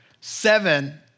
Seven